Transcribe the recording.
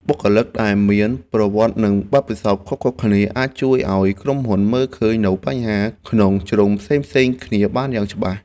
បុគ្គលិកដែលមានប្រវត្តិនិងបទពិសោធន៍ខុសៗគ្នាអាចជួយឱ្យក្រុមហ៊ុនមើលឃើញនូវបញ្ហាក្នុងជ្រុងផ្សេងៗគ្នាបានយ៉ាងច្បាស់។